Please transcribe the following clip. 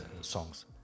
songs